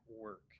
work